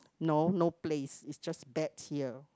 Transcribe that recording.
no no place is just bet here